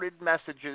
messages